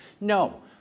No